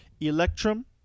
Electrum